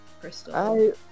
Crystal